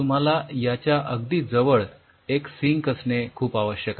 तुम्हाला याच्या अगदी जवळ एक सिंक असणे खूप आवश्यक आहे